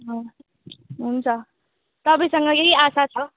अँ हुन्छ तपाईँसँग यही आशा छ